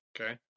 Okay